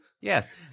Yes